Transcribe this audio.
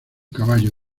caballo